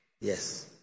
yes